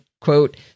quote